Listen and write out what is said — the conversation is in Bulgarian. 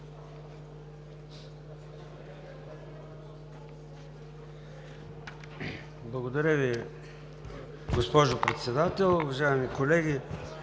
Благодаря Ви, господин Председател. Уважаеми колеги,